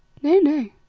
nay, nay,